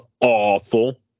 awful